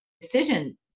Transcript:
decision